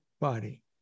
body